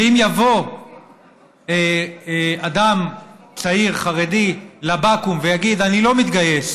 ואם יבוא אדם צעיר חרדי לבקו"ם ויגיד: אני לא מתגייס